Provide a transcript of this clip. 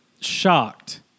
shocked